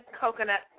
coconut